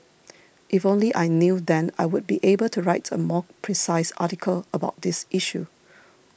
if only I knew then I would be able to write a more precise article about this issue